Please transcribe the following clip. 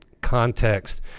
context